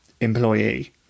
employee